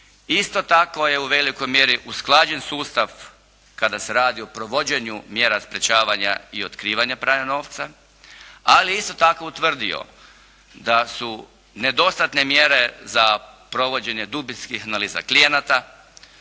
Isto tako je u velikoj mjeri usklađen sustav kada se radi o provođenju mjera sprečavanja i otkrivanja pranja novca, ali je isto tako utvrdio da su nedostatne mjere za provođenje dubinskih analiza klijenata.